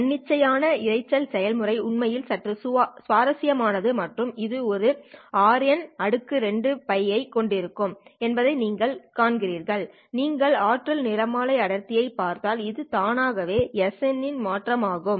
தன்னிச்சையான இரைச்சல் செயல்முறை உண்மையில் சற்று சுவாரஸ்யமானது மற்றும் இது ஒரு Rn2τ ஐக் கொண்டிருக்கும் என்பதை நீங்கள் காண்கிறீர்கள் நீங்கள் ஆற்றல்நிறமாலை அடர்த்தியை பார்த்தால் இது தானாகவே sn இன் மாற்றம் ஆக மாறும்